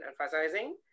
emphasizing